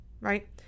right